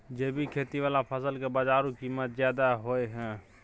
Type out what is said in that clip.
जैविक खेती वाला फसल के बाजारू कीमत ज्यादा होय हय